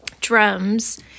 drums